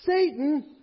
Satan